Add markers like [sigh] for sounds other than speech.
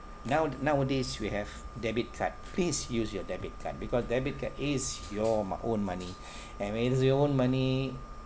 now nowadays we have debit card please use your debit card because debit card is your m~ own money [breath] when it's your own money